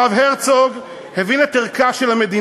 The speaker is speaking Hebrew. כי הוא נגד, הרב הרצוג הבין את ערכה של המדינה,